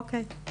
אוקיי.